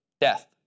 death